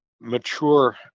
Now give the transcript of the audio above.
mature